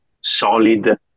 solid